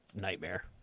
nightmare